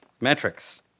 metrics